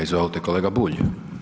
Izvolite kolega Bulj.